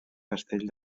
castell